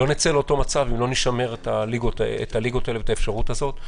לא נצא לאותו מצב אם לא נשמר את הליגות האלה ואת האפשרות הזאת.